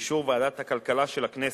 באישור ועדת הכלכלה של הכנסת,